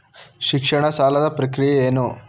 ಶಿಕ್ಷಣ ಸಾಲದ ಪ್ರಕ್ರಿಯೆ ಏನು?